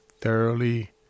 thoroughly